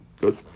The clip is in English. Good